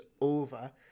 over